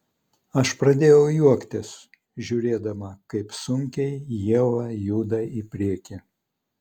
aš pradėjau juoktis žiūrėdama kaip sunkiai ieva juda į priekį